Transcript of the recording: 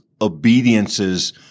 obediences